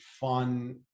fun